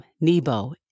Nebo